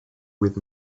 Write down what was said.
with